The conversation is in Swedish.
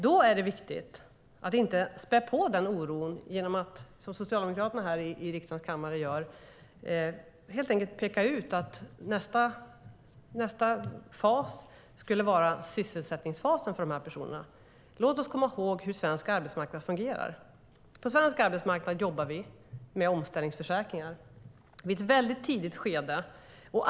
Det är viktigt att inte spä på den oron genom att - som Socialdemokraterna gör här i riksdagens kammare - peka ut att nästa fas för de här personerna skulle vara sysselsättningsfasen. Låt oss komma ihåg hur svensk arbetsmarknad fungerar. På svensk arbetsmarknad jobbar vi med omställningsförsäkringar i ett väldigt tidigt skede.